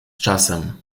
czasem